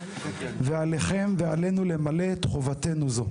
ועליכם ועלינו למלא את חובתנו זו.